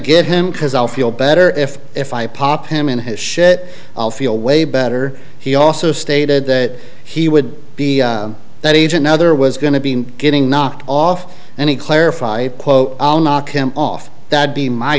get him because i'll feel better if if i pop him in his shit i'll feel way better he also stated that he would be that age another was going to be getting knocked off and he clarify quote knock him off that be my